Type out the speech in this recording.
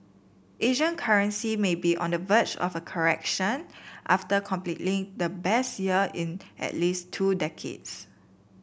Asian currencies may be on the verge of a correction after completely the best year in at least two decades